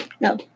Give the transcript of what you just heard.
No